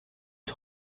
est